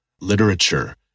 literature